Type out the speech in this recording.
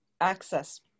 access